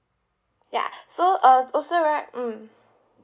ya so uh also right mm